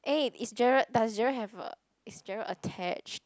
eh it's Gerald does Gerald have a is Gerald attached